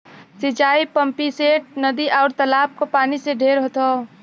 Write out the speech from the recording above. सिंचाई पम्पिंगसेट, नदी, आउर तालाब क पानी से ढेर होत हौ